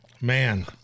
man